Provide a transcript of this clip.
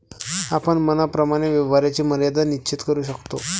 आपण मनाप्रमाणे व्यवहाराची मर्यादा निश्चित करू शकतो